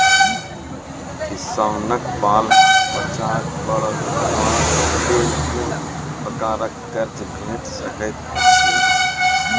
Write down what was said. किसानक बाल बच्चाक पढ़वाक लेल कून प्रकारक कर्ज भेट सकैत अछि?